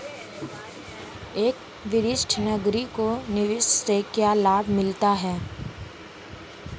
एक वरिष्ठ नागरिक को निवेश से क्या लाभ मिलते हैं?